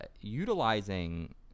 utilizing